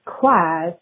class